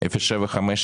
השכר.